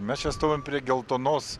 mes čia stovim prie geltonos